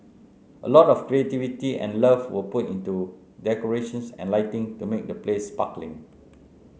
a lot of creativity and love were put into decorations and lighting to make the place sparkling